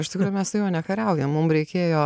iš tikrųjų mes su juo nekariaujam mum reikėjo